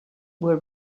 were